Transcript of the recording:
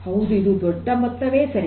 ಹೌದು ಇದು ದೊಡ್ಡ ಮೊತ್ತವೇ ಸರಿ